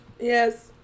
yes